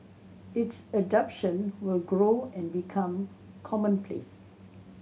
its adoption will grow and become commonplace